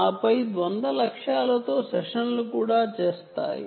ఆపై dual targets తో సెషన్లు కూడా చేస్తాము